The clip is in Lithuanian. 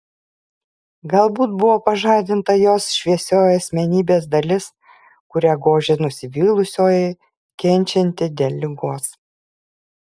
galbūt buvo pažadinta jos šviesioji asmenybės dalis kurią gožė nusivylusioji kenčianti dėl ligos